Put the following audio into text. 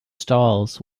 stalls